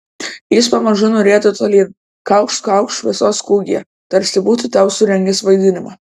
jis pamažu nurieda tolyn kaukšt kaukšt šviesos kūgyje tarsi būtų tau surengęs vaidinimą